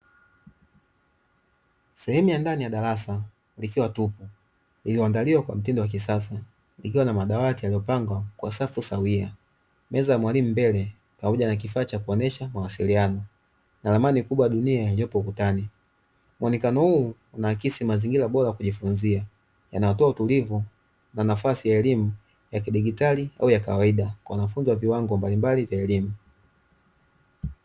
Sehemu ya ndani ya darasa likiwa tupu iliyoandaliwa kwa mtindo wa kisasa ikiwa na madawati yaliyopangwa kwa sapo sawia, meza ya mwalimu mbele na kifaa cha kuonyesha mawasiliano na ramani kubwa ya dunia iliyopo ukutani. Muonekano huu unaakisi mazingira bora ya kujifunzia yanatoa utulivu na nafasi ya elimu ya kidigitali au ya kawaida kwa wanafunzi wa viwango mbalimbali vya elimu.